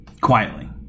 Quietly